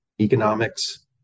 economics